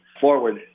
forward